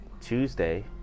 Tuesday